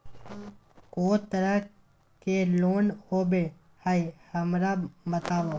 को तरह के लोन होवे हय, हमरा बताबो?